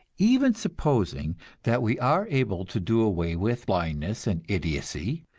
even supposing that we are able to do away with blindness and idiocy,